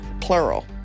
plural